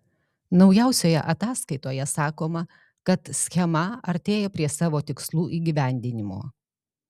naujausioje ataskaitoje sakoma kad schema artėja prie savo tikslų įgyvendinimo